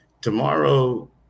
Tomorrow